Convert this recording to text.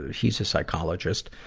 he's a psychologist.